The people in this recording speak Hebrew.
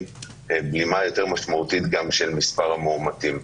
בלימה יותר משמעותית גם של מספר המאומתים.